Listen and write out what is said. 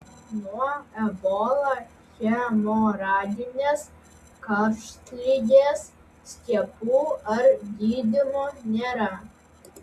nuo ebola hemoraginės karštligės skiepų ar gydymo nėra